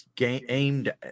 aimed